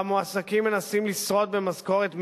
והמועסקים מנסים לשרוד במשכורת מינימום,